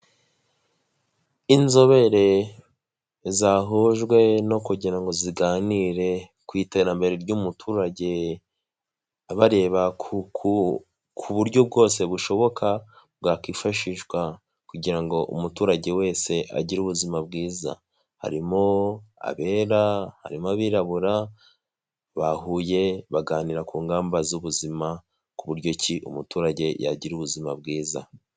Inzobere zahujwe no kugira ngo ziganire ku iterambere ry'umuturage, bareba ku buryo bwose bushoboka bwakwifashishwa kugira ngo umuturage wese agire ubuzima bwiza, harimo abera harimo abirabura bahuye baganira ku ngamba z'ubuzima ku buryo ki umuturage yagira ubuzima bwiza.